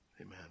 Amen